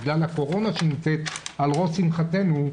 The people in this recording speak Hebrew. בגלל הקורונה שנמצאת על ראש שמחתנו,